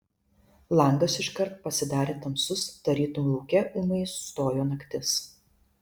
langas iškart pasidarė tamsus tarytum lauke ūmai stojo naktis